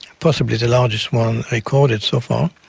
possibly the largest one recorded so far,